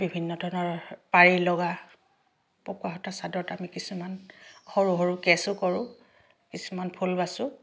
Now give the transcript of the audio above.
বিভিন্ন ধৰণৰ পাৰি লগা পকোৱা সূতাৰ চাদৰত আমি কিছুমান সৰু সৰু কেছো কৰোঁ কিছুমান ফুল বাছোঁ